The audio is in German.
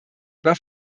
über